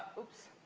oops.